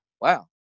Wow